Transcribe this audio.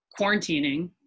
quarantining